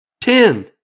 Ten